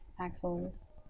axles